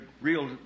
real